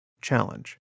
challenge